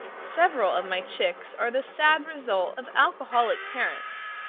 several of my chicks are the sad result of alcoholic parents,